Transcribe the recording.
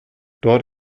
dort